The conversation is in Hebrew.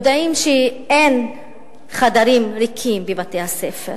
יודעים שאין חדרים ריקים בבתי-הספר,